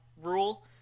rule